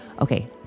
Okay